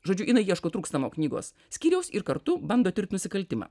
žodžiu jinai ieško trūkstamo knygos skyriaus ir kartu bando tirt nusikaltimą